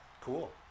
Cool